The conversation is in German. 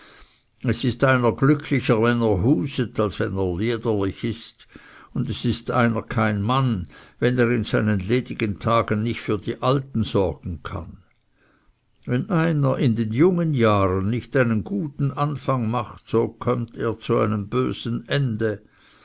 es ist einer glücklicher wenn er huset als wenn er liederlich ist und es ist einer kein mann wenn er in seinen ledigen tagen nicht für die alten sorgen kann wenn einer in den jungen jahren nicht einen guten anfang macht so kömmt er zu einem bösen ende